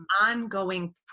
ongoing